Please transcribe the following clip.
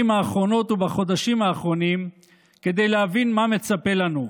האחרונות ובחודשים האחרונים כדי להבין מה מצפה לנו.